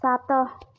ସାତ